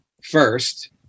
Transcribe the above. first